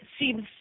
seems